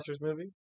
movie